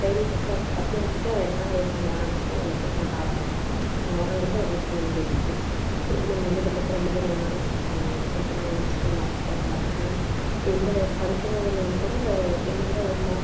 daily பஸ்ஸில் பஸ்ஸில் வந்துவிட்டு அவள் எனக்காக வெய்ட் பண்ணுவாள் நாங்கள் ஸ்கூல் உள்ளே போக மாட்டாள் அவள் எனக்கு நான் வர வரைக்கும் அவள் வெய்ட் பண்ணுவாள் கேட்டுக்கிட்டேயே திருப்பி நாங்கள் வந்ததுக்கு அப்புறம் ரெண்டு பேரும் ஒன்னாக தான் ஸ்கூல் போவோம் திருப்பி நாங்கள் லஞ்ச் டைமாக இருக்கட்டும் மற்றபடி எந்த படிக்கிறதில் கூட என்னை விட ஒரு மார்க்